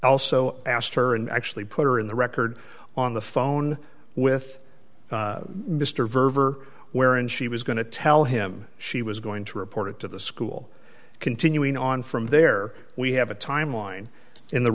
also asked her and actually put her in the record on the phone with mr verver where and she was going to tell him she was going to report it to the school continuing on from there we have a timeline in the